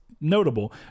notable